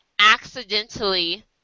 Accidentally